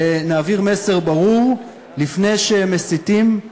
ונעביר מסר ברור: לפני שמסיתים,